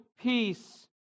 peace